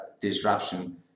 disruption